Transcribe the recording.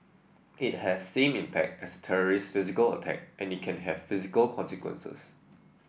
it has same impact as terrorist's physical attack and it can have physical consequences